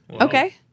Okay